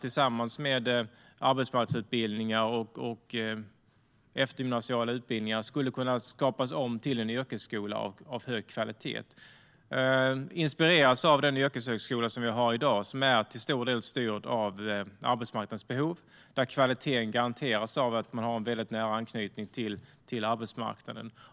Tillsammans med arbetsmarknadsutbildningar och eftergymnasiala utbildningar skulle man kunna skapa om det till en yrkesskola av hög kvalitet, inspirerad av den yrkeshögskola som vi har i dag och som till stor del är styrd av arbetsmarknadens behov, där kvaliteten garanteras av att man har en väldigt nära anknytning till arbetsmarknaden.